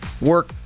work